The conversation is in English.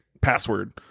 password